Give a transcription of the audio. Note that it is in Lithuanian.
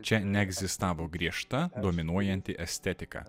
čia neegzistavo griežta dominuojanti estetika